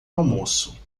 almoço